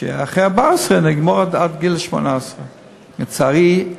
שאחרי גיל 14 נגמור עד גיל 18. לצערי,